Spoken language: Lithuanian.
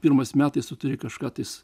pirmais metais turi kažką tais